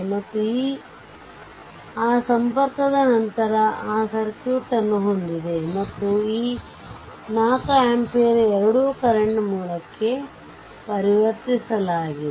ಮತ್ತು ಆ ಸಂಪರ್ಕದ ನಂತರ ಆ ಸರ್ಕ್ಯೂಟ್ ಅನ್ನು ಹೊಂದಿದೆ ಮತ್ತು ಈ 4 ಆಂಪಿಯರ್ ಎರಡೂ ಕರೆಂಟ್ ಮೂಲಕ್ಕೆ ಪರಿವರ್ತಿಸಲಾಗಿದೆ